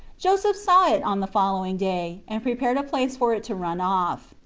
joseph saw it on the following day and prepared a place for it to run off.